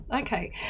okay